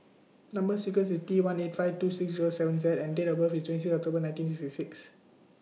Number sequence IS T one eight five two six Zero seven Z and Date of birth IS twenty six October nineteen sixty six